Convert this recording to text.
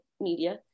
Media